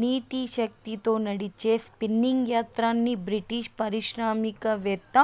నీటి శక్తితో నడిచే స్పిన్నింగ్ యంత్రంని బ్రిటిష్ పారిశ్రామికవేత్త